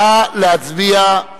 נא להצביע.